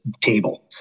table